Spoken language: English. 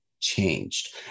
changed